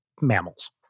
mammals